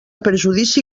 perjudici